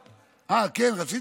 יעקב, יעקב,